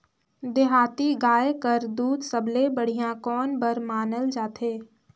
देहाती गाय कर दूध सबले बढ़िया कौन बर मानल जाथे?